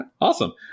Awesome